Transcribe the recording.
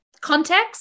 context